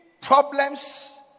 problems